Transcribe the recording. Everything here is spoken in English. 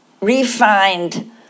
refined